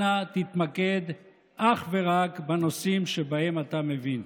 אנא, תתמקד אך ורק בנושאים שבהם אתה מבין.